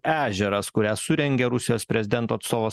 ežeras kurią surengė rusijos prezidento atstovo